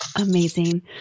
Amazing